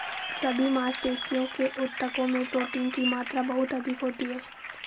सभी मांसपेशियों के ऊतकों में प्रोटीन की मात्रा बहुत अधिक होती है